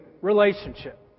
relationship